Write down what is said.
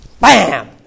Bam